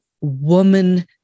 woman